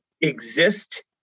exist